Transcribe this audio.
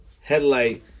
headlight